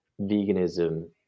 veganism